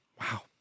Wow